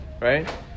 right